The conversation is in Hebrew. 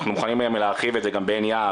אנחנו מוכנים גם להרחיב את זה גם בעין יהב,